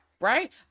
Right